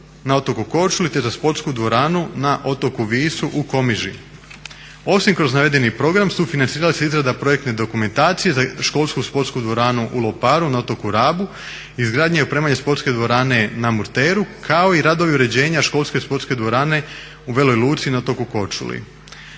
na otoku Korčuli te za sportsku dvoranu na otoku Visu u Komiži. Osim kroz navedeni program sufinancirala se izrada projektne dokumentacije za školsku sportsku dvoranu u Loparu na otoku Rabu, izgradnja i opremanje sportske dvorane na Murteru, kao i radovi uređenja školske sportske dvorane u Veloj Luci na otoku Korčuli.